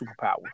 superpower